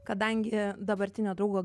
kadangi dabartinio draugo